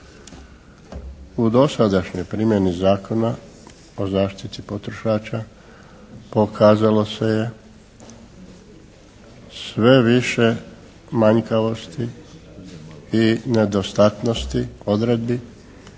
U dosadašnjoj primjeni Zakona o zaštiti potrošača pokazalo se je sve više manjkavosti i nedostatnosti odredbi